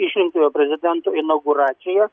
išrinktojo prezidento inauguraciją